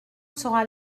sera